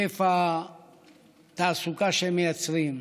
היקף התעסוקה שהם מייצרים,